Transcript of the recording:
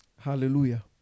Hallelujah